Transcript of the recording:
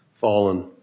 fallen